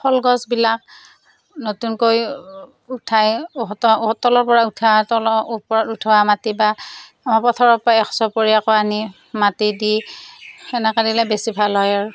ফল গছবিলাক নতুনকৈ উঠায় তলৰ পৰা উঠায় তলৰ ওপৰত উঠোৱা মাটি বা পথাৰৰ পৰা একচপৰিয়া কৈ আনি মাটি দি সেনেকৈ দিলে বেছি ভাল হয় আৰু